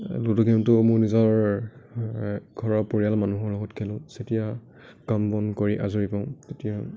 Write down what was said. লুডুগেমটো মোৰ নিজৰ ঘৰৰ পৰিয়ালৰ মানুহৰ লগত খেলোঁ যেতিয়া কাম বন কৰি আজৰি পাওঁ তেতিয়া